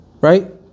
Right